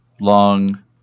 long